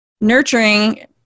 nurturing